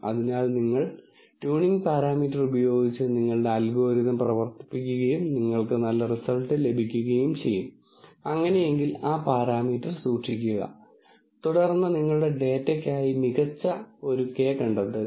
അതിനാൽ നിങ്ങൾ tuning parameter ഉപയോഗിച്ച് നിങ്ങളുടെ അൽഗോരിതം പ്രവർത്തിപ്പിക്കുകയും നിങ്ങൾക്ക് നല്ല റിസൾട്ട് ലഭിക്കുകയും ചെയ്യും അങ്ങനെയെങ്കിൽ ആ പാരാമീറ്റർ സൂക്ഷിക്കുക തുടർന്ന് നിങ്ങളുടെ ഡാറ്റയ്ക്കായി മികച്ച ഒരു k കണ്ടെത്തുക